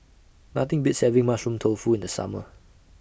Nothing Beats having Mushroom Tofu in The Summer